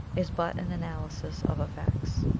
is but an analysis of effects.